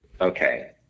okay